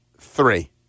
three